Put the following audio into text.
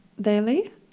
daily